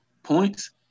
Points